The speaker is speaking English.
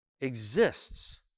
exists